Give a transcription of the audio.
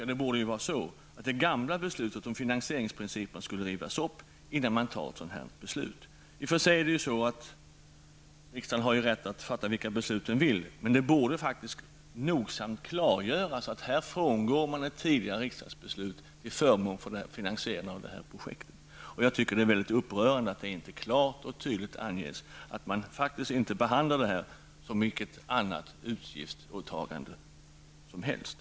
Egentligen borde det gamla beslutet om finansieringsprinciper rivas upp innan man fattar ett sådant här beslut. I och för sig har riksdagen rätt att fatta vilka beslut den vill, men det borde nogsamt klargöras att man här frångår ett tidigare riksdagsbeslut till förmån för finansieringen av detta projekt. Jag anser att det är mycket upprörande att det inte klart och tydligt anges att man inte behandlar detta projekt som vilket annat utgiftsåtagande som helst.